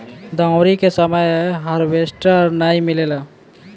दँवरी के समय हार्वेस्टर नाइ मिलेला